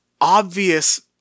obvious